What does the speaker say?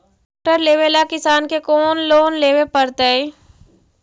Tractor लेवेला किसान के कौन लोन लेवे पड़तई?